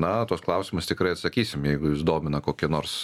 na tuos klausimus tikrai atsakysim jeigu jus domina kokie nors